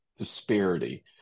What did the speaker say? disparity